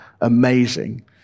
amazing